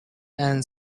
and